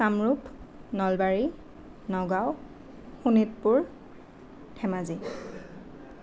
Kamrup Nalbari Nagaon Sonitpur Dhemaji